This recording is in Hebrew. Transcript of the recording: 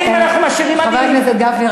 חבר הכנסת גפני,